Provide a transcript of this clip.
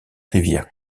rivière